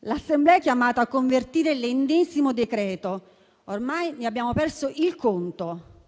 L'Assemblea è chiamata a convertire l'ennesimo decreto-legge; ormai ne abbiamo perso il conto.